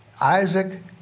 Isaac